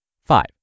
Five